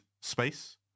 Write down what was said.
space